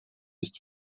ist